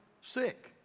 sick